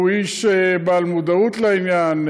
הוא איש בעל מודעות לעניין,